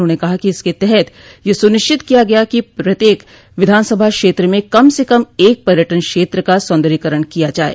उन्होंने कहा कि इसके तहत यह सुनिश्चित किया गया कि प्रत्येक विधानसभा क्षेत्र में कम से कम एक पर्यटन क्षेत्र का सौन्दर्यीकरण किया जाये